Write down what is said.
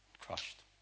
Crushed